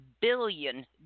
billion